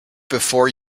before